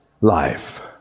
life